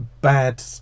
Bad